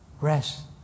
Rest